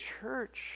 church